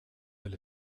del